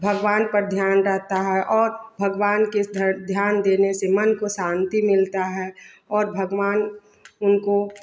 भगवान पर ध्यान रहता है और भगवान के इधर ध्यान देने से मन को शांति मिलता है और भगवान उनको